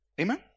Amen